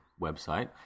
website